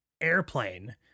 Airplane